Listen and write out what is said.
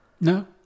no